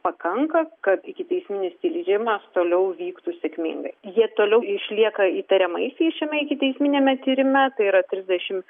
pakanka kad ikiteisminis tyrimas toliau vyktų sėkmingai jie toliau išlieka įtariamaisiais šiame ikiteisminiame tyrime yra trisdešim